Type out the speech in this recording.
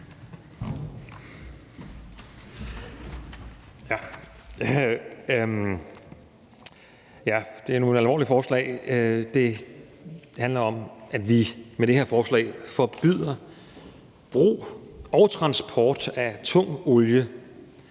Det er nogle alvorlige forslag. Det handler om, at vi med det her forslag forbyder brug og transport af tung olie